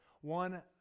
one